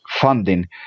funding